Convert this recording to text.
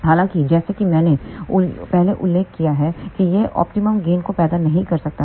हालाँकि जैसा कि मैंने पहले उल्लेख किया है कि यह ऑप्टिमम गेन को पैदा नहीं कर सकता है